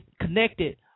connected